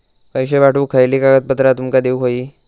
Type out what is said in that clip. पैशे पाठवुक खयली कागदपत्रा तुमका देऊक व्हयी?